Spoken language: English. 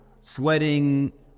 sweating